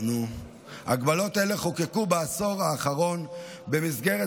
הגבלות אלו חוקקו בעשור האחרון במסגרת